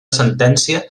sentència